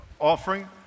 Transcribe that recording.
offering